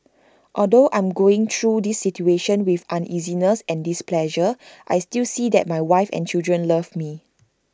although I'm going through this situation with uneasiness and displeasure I still see that my wife and children love me